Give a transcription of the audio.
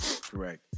Correct